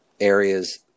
areas